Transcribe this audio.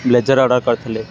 blazer order କରିଥିଲେ